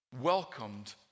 welcomed